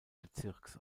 bezirks